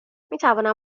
میتوانم